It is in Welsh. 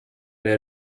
neu